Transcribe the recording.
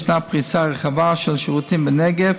ישנה פריסה רחבה של שירותים בנגב,